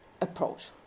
approach